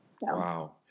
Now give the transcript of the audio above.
Wow